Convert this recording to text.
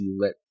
let